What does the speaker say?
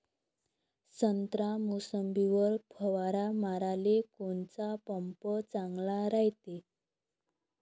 संत्रा, मोसंबीवर फवारा माराले कोनचा पंप चांगला रायते?